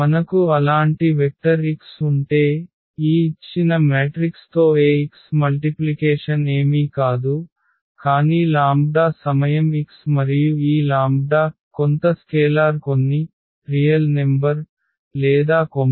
మనకు అలాంటి vector x ఉంటే ఈ ఇచ్చిన మ్యాట్రిక్స్తో Ax మల్టిప్లికేషన్ ఏమీ కాదు కానీ లాంబ్డా సమయం x మరియు ఈ లాంబ్డా కొంత స్కేలార్ కొన్ని వాస్తవ సంఖ్యలేదా సంక్లిష్ట సంఖ్య